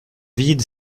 vide